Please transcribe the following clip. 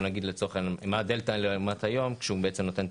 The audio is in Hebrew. מה הדלתא לעומת היום כשהוא נותן את